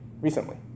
recently